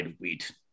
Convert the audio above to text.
wheat